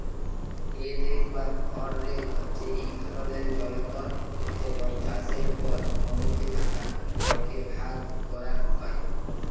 হে rake বা খড় rake হছে ইক ধরলের যলতর যেট চাষের পর জমিতে থ্যাকা খড়কে ভাগ ক্যরা হ্যয়